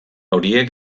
horiek